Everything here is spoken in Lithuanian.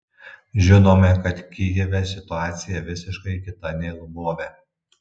žinome kad kijeve situacija visiškai kita nei lvove